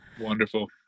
wonderful